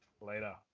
Later